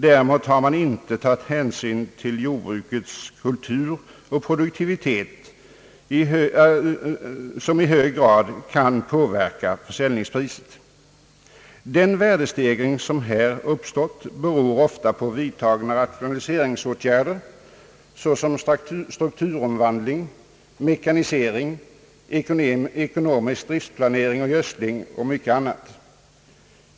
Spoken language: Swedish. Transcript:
Däremot har man inte tagit hänsyn till att jordbrukets kultur och produktivitet i hög grad kan påverka försäljningspriset. Den värdestegring som har uppstått beror ofta på vidtagna rationaliseringsåtgärder, såsom strukturomvandling, mekanisering, ekonomisk <driftplanering, gödsling och mycket annat.